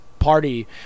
Party